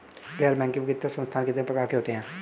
गैर बैंकिंग वित्तीय संस्थान कितने प्रकार के होते हैं?